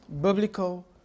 Biblical